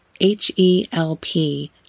H-E-L-P